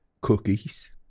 cookies